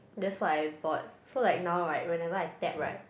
that's what I bought so like now right whenever I tap right